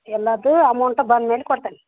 ಎಲ್ಲದೂ ಅಮೌಂಟ್ ಬಂದ ಮೇಲೆ ಕೊಡ್ತೇನೆ